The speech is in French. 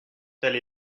telle